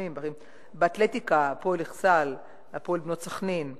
באתלטיקה "הפועל אכסאל"; "הפועל בנות סח'נין".